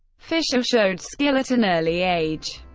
fischer showed skill at an early age.